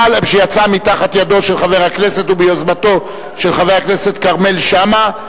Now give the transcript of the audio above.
שיצאה מתחת ידו וביוזמתו של חבר הכנסת כרמל שאמה,